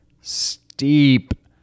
steep